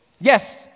Yes